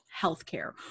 healthcare